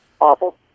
Awful